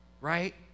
right